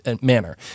manner